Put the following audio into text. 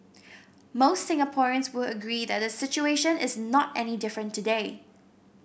most Singaporeans would agree that the situation is not any different today